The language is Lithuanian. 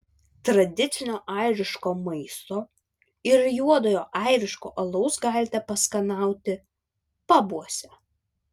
tradicinio airiško maisto ir juodojo airiško alaus galite paskanauti pabuose